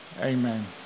amen